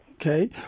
Okay